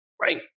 Right